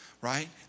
right